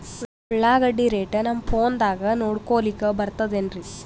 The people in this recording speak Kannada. ಉಳ್ಳಾಗಡ್ಡಿ ರೇಟ್ ನಮ್ ಫೋನದಾಗ ನೋಡಕೊಲಿಕ ಬರತದೆನ್ರಿ?